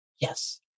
Yes